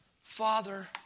Father